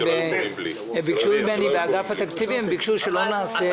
- ביקשו ממני באגף התקציבים שלא נעשה.